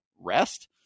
rest